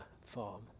farm